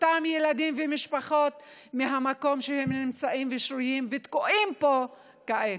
אותם ילדים ומשפחות מהמקום שבהם הם נמצאים ושוהים ותקועים בו כעת.